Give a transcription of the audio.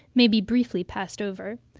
may be briefly passed over.